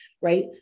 right